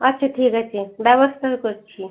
আচ্ছা ঠিক আছে ব্যবস্থা করছি